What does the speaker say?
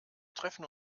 treffen